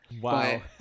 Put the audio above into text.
Wow